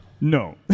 No